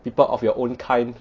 people of your own kind